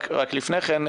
רק לפני כן,